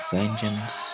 vengeance